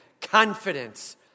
Confidence